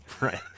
Right